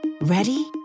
Ready